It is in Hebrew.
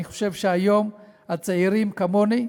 אני חושב שהיום הצעירים, כמוני,